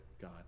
God